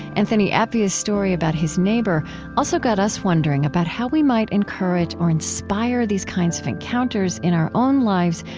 anthony appiah's story about his neighbor also got us wondering about how we might encourage or inspire these kinds of encounters in our own lives,